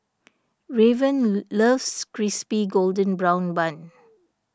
Raven loves Crispy Golden Brown Bun